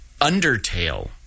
Undertale